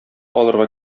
алырга